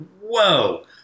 whoa